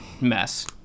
mess